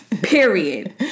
Period